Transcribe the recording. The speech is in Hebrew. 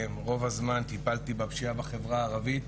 רוב הזמן טיפלתי בפשיעה בחברה הערבית